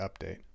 update